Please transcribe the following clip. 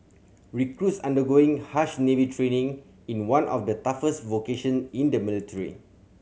recruits undergoing harsh Navy training in one of the toughest vocation in the military